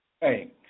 Hey